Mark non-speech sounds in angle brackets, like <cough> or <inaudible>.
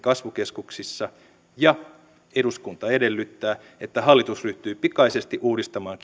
kasvukeskuksissa eduskunta edellyttää että hallitus ryhtyy pikaisesti uudistamaan <unintelligible>